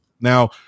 Now